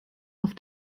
auf